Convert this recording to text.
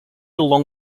along